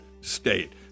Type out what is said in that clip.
state